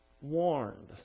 warned